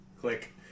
Click